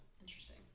interesting